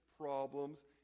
problems